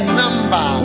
number